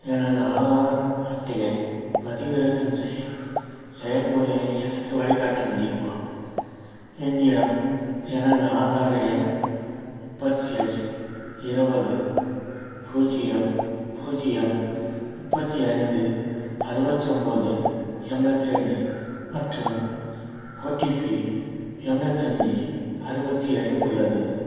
எனது ஆதார் அட்டையை பதிவிறக்கம் செய்யும் செயல் முறையை எனக்கு வழிகாட்ட முடியுமா என்னிடம் எனது ஆதார் எண் முப்பத்து ஏழு இருவது பூஜ்யம் பூஜ்யம் முப்பத்தி ஐந்து அறுபத்து ஒம்பது எம்ப்ளத்தி ரெண்டு மற்றும் ஓடிபி எம்ப்ளத்து அஞ்சு அறுபத்தி ஏழு உள்ளது